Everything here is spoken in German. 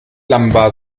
lambda